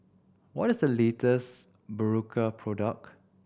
what is the latest Berocca product